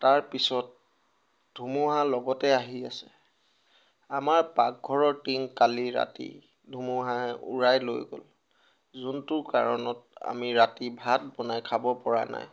তাৰপিছত ধুমুহা লগতে আহি আছে আমাৰ পাকঘৰৰ টিং কালি ৰাতি ধুমুহাই উৰাই লৈ গ'ল যোনটোৰ কাৰণত আমি ৰাতি ভাত বনাই খাব পৰা নাই